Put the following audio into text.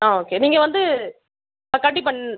ஆ okay நீங்கள் வந்து ஆ கண்டிப்பாக